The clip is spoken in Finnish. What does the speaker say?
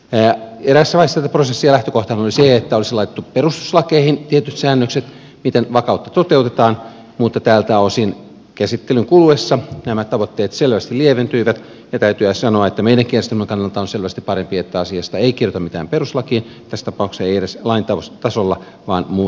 eräässä vaiheessa tätä prosessia lähtökohtana oli se että olisi laitettu perustuslakeihin tietyt säännökset miten vakautta toteutetaan mutta tältä osin käsittelyn kuluessa nämä tavoitteet selvästi lieventyivät ja täytyy sanoa että meidänkin järjestelmämme kannalta on selvästi parempi että asiasta ei kirjoiteta mitään perustuslakiin tässä tapauksessa ei edes lain tasolla vaan muilla tavoin